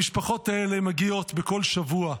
המשפחות האלה מגיעות בכל שבוע,